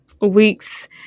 weeks